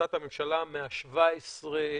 החלטת הממשלה מה-17 בספטמבר.